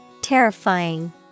Terrifying